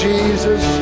Jesus